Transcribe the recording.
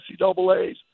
NCAAs